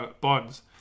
bonds